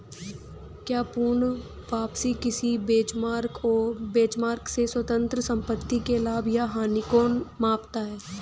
क्या पूर्ण वापसी किसी बेंचमार्क से स्वतंत्र संपत्ति के लाभ या हानि को मापता है?